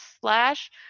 slash